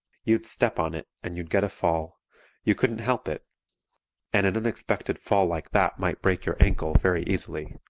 you'd step on it and you'd get a fall you couldn't help it and an unexpected fall like that might break your ankle, very easily.